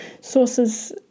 sources